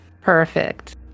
Perfect